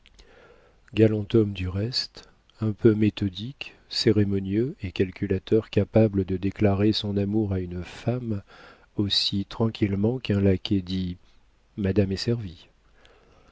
galant homme du reste un peu méthodique cérémonieux et calculateur capable de déclarer son amour à une femme aussi tranquillement qu'un laquais dit madame est servie